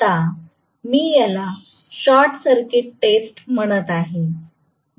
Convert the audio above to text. आता मी याला शॉर्ट सर्किट टेस्ट म्हणत आहे